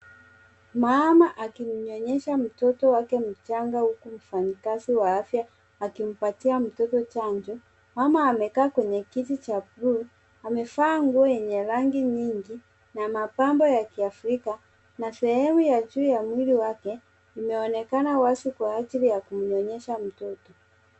Mama akimnyonyesha mtoto wake mchanga huku mfanyikazi wa afya akimpatia mtoto chanjo. Mama amekaa kwenye kiti cha bluu, amevaa nguo yenye rangi nyingi na mapambo ya kiafrika na sehemu ya juu ya mwili wake inaonekana wazi kwa ajili ya linaonyesha mtoto.